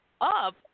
up